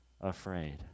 afraid